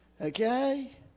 Okay